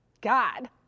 god